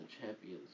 champion's